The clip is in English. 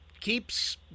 keeps